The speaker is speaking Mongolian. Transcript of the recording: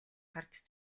харж